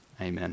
Amen